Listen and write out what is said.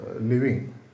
living